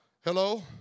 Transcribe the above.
Hello